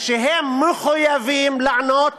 הם מחויבים לענות